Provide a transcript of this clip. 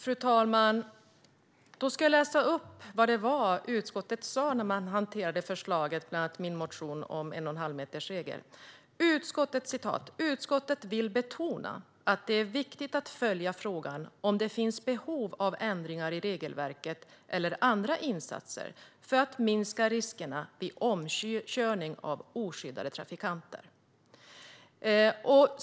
Fru talman! Jag ska läsa upp vad utskottet sa när det hanterade förslaget i bland annat min motion om en 1,5-metersregel. "Utskottet vill betona att det är viktigt att följa frågan om det finns behov av ändringar i regelverket eller andra insatser för att minska riskerna vid omkörning av oskyddade trafikanter."